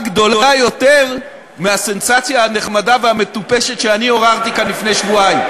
גדולה יותר מהסנסציה הנחמדה והמטופשת שאני עוררתי כאן לפני שבועיים.